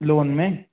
loan में